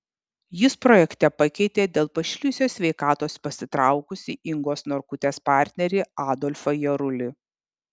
jis projekte pakeitė dėl pašlijusios sveikatos pasitraukusį ingos norkutės partnerį adolfą jarulį